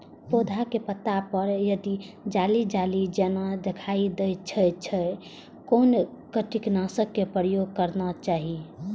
पोधा के पत्ता पर यदि जाली जाली जेना दिखाई दै छै छै कोन कीटनाशक के प्रयोग करना चाही?